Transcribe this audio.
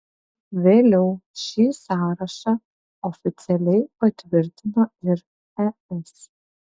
vėliau šį sąrašą oficialiai patvirtino ir es